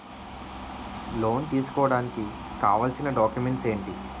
Loan తీసుకోడానికి కావాల్సిన documents ఎంటి?